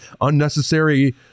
unnecessary